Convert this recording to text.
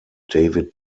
david